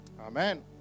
Amen